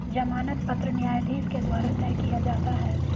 जमानत पत्र न्यायाधीश के द्वारा तय किया जाता है